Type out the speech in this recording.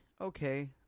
okay